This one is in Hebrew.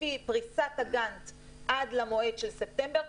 לפי פריסת הגאנט עד למועד של ספטמבר,